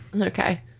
Okay